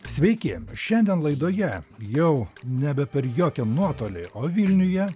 sveiki šiandien laidoje jau nebe per jokią nuotolį o vilniuje